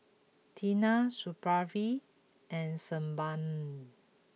Tena Supravit and Sebamed